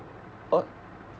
oh